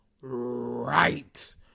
right